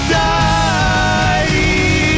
die